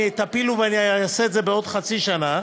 תפילו ואני אעשה את זה בעוד חצי שנה,